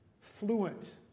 fluent